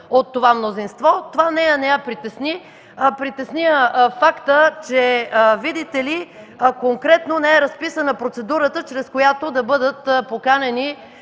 от това мнозинство. Това нея не я притесни, притесни я фактът, че видите ли конкретно не е разписана процедурата, чрез която да бъдат поканени